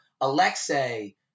Alexei